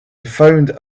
found